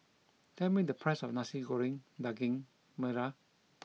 tell me the price of Nasi Goreng Daging Merah